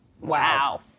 Wow